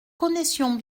connaissions